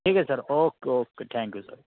ठीक आहे sir okay okay thank you sir